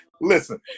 Listen